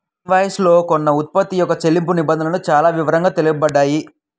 invoice లో కొన్న ఉత్పత్తి యొక్క చెల్లింపు నిబంధనలు చానా వివరంగా తెలుపబడతాయి